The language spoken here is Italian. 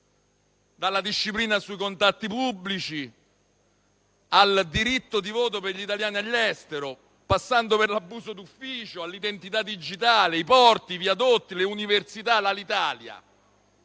dalla disciplina sui contratti pubblici al diritto di voto per gli italiani all'estero, passando per l'abuso d'ufficio, all'identità digitale, i porti, i viadotti, le università, l'Alitalia,